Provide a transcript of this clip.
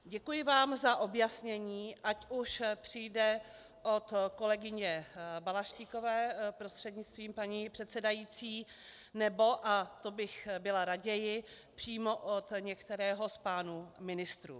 Děkuji vám za objasnění, ať už přijde od kolegyně Balaštíkové, prostřednictvím paní předsedající, nebo a to bych byla raději přímo od některého z pánů ministrů.